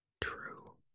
True